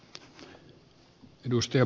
ei muuta